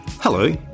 Hello